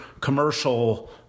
commercial